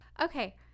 okay